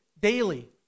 daily